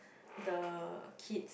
the kids